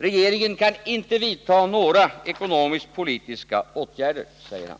Regeringen kan inte vidta några ekonomisk-politiska åtgärder, säger han.